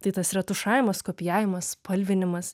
tai tas retušavimas kopijavimas spalvinimas